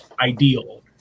ideal